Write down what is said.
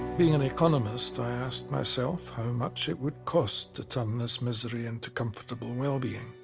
being an economist i asked myself how much it would cost to turn this misery into comfortable well-being.